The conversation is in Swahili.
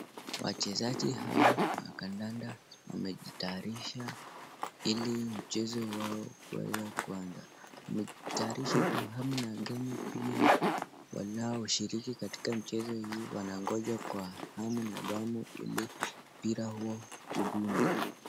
Wachezaji hawa wa kandanda wamejitayarisha ili mchezo wao kuweza kuanza, wamejitayaridha kwa hamu na ghamu pia wanaoshiriki kwa mchezo huu wanasubiri kwa hamu na ghamu ili mpira huu udunde.